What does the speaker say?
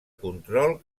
control